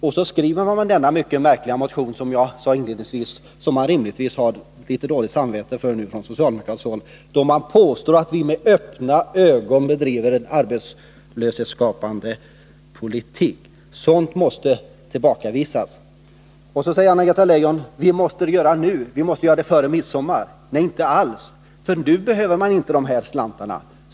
Och så skriver man denna mycket märkliga motion som man — som jag inledningsvis sade — rimligtvis har dåligt samvete för på socialdemokratiskt håll, eftersom man påstår att vi med öppna ögon bedriver en arbetslöshetsskapande politik. Sådant måste tillbakavisas. Vidare säger Anna-Greta Leijon: Vi måste göra det nu, vi måste göra det före midsommar. Nej, inte alls, för nu behöver man inte de här slantarna.